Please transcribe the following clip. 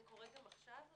זה קורה גם עכשיו?